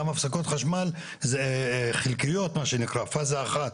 גם הפסקות חשמל זה חלקיות מה שנקרא, פאזה אחת.